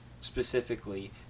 specifically